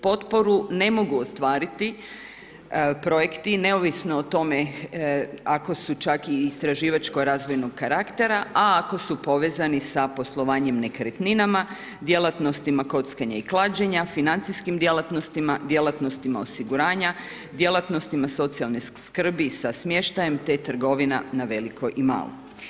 Potporu ne mogu ostvariti projekti, neovisno o tome, ako su čak istraživačko razvojnog karaktera, a ako su povezani sa poslovanjem nekretninama, djelatnostima, kockama i klađenja, financijskim djelatnostima, djelatnostima osiguranja, djelatnostima socijalne skrbi sa smještajem, te trgovina na veliko i malo.